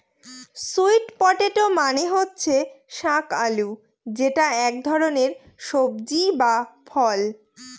sweet potato মানে হচ্ছে শাক আলু যেটা এক ধরনের সবজি বা ফল